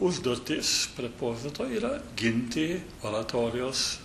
užduotis prepozito yra ginti oratorijos